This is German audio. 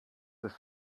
ist